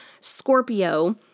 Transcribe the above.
Scorpio